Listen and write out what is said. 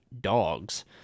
dogs